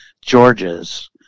George's